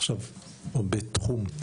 או בתחום,